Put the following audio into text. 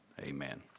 Amen